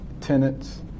tenants